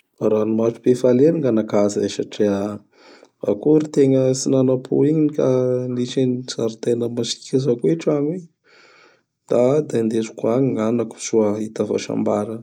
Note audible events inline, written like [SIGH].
[NOISE] Ranomaso-pifalia gn gnanakahy zay satria akory tegna tsy nanampo igny ka nisy an jaridaina mazika zao koa i tragno igny. [NOISE] [HESITATION] Da indesiko agny gn'anako soa hahita fahasambara.